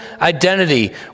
identity